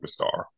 Superstar